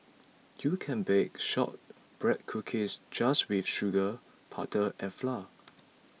you can bake Shortbread Cookies just with sugar butter and flour